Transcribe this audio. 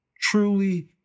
truly